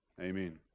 Amen